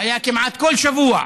היה כמעט כל שבוע,